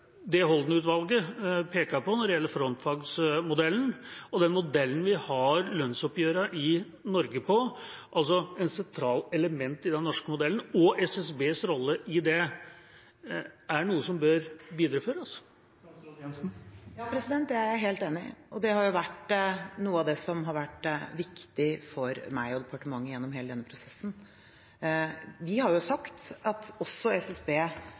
det Holden III-utvalget pekte på når det gjelder frontfagmodellen, og den modellen vi har for lønnsoppgjørene i Norge – altså et sentralt element i den norske modellen – og SSBs rolle i det, er noe som bør videreføres? Ja, det er jeg helt enig i. Det er noe av det som har vært viktig for meg og departementet gjennom hele denne prosessen. Vi har sagt at også SSB